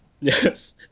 Yes